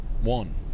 one